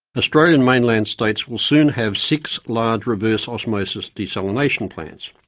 australian mainland states will soon have six large reverse osmosis desalination plants.